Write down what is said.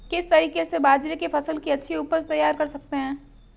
किस तरीके से बाजरे की फसल की अच्छी उपज तैयार कर सकते हैं?